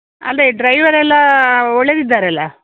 ಅಲ್ಲ ಈ ಡ್ರೈವರ್ ಎಲ್ಲಾ ಒಳ್ಳೆದಿದ್ದಾರಲ್ಲ